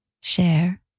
share